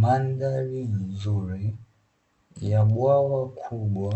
Mandhari nzuri ya bwawa kubwa